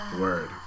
Word